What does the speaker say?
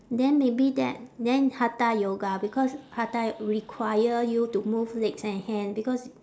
then maybe that then hatha yoga because hatha require you to move legs and hand because